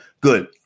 Good